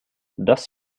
das